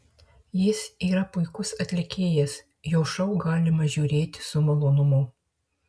jis yra puikus atlikėjas jo šou galima žiūrėti su malonumu